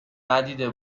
ندیده